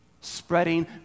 spreading